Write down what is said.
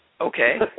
Okay